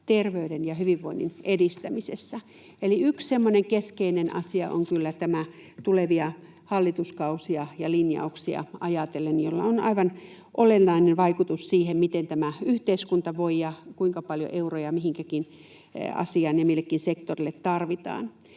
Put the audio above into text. terveyden ja hyvinvoinnin edistämisessä.” Eli yksi semmoinen keskeinen asia tulevia hallituskausia ja linjauksia ajatellen on kyllä tämä, jolla on aivan olennainen vaikutus siihen, miten tämä yhteiskunta voi ja kuinka paljon euroja mihinkin asiaan ja millekin sektorille tarvitaan.